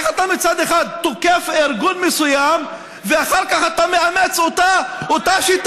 איך אתה מצד אחד תוקף ארגון מסוים ואחר כך אתה מאמץ את אותה שיטה,